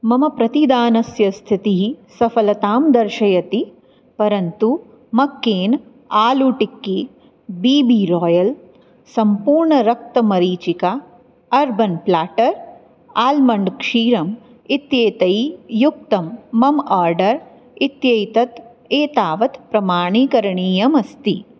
मम प्रतिदानस्य स्थितिः सफलतां दर्शयति परन्तु McCain aloo tikki B B royal सम्पूर्णरक्तमरीचिका अर्बन् प्लाट्टर् आल्मण्ड् क्षीरम् इत्येतैः युक्तं मम आर्डर् इत्यैतत् एतावत् प्रमाणीकरणीयमस्ति